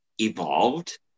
evolved